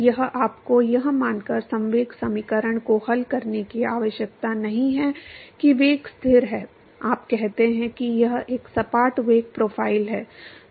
अब आपको यह मानकर संवेग समीकरण को हल करने की आवश्यकता नहीं है कि वेग स्थिर है आप कहते हैं कि यह एक सपाट वेग प्रोफ़ाइल है